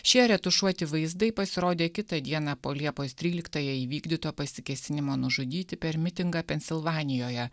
šie retušuoti vaizdai pasirodė kitą dieną po liepos tryliktąją įvykdyto pasikėsinimo nužudyti per mitingą pensilvanijoje